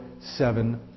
seven